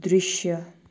दृश्य